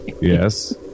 Yes